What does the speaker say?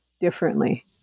differently